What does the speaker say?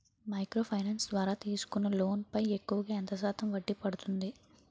Micro finance ద్వారా తీసుకునే loan పై ఎక్కువుగా ఎంత శాతం వడ్డీ పడుతుంది?